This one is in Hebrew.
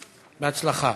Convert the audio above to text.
בהצלחה.